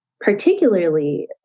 particularly